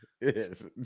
Yes